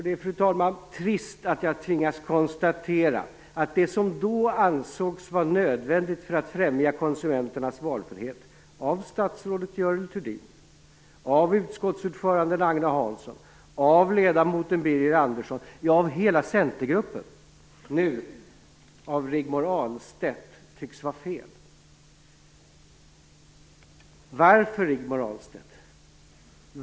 Det är trist att tvingas konstatera att det som då ansågs vara nödvändigt för att främja konsumenternas valfrihet - av statsrådet Görel Thurdin, av utskottsordförande Agne Hansson, av ledamoten Birger Ahlstedt anses vara fel.